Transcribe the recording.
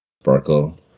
sparkle